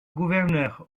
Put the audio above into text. gouverneur